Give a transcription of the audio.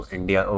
India